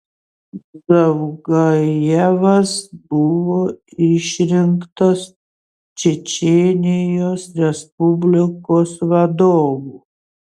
zavgajevas buvo išrinktas čečėnijos respublikos vadovu